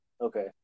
okay